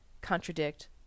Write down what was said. contradict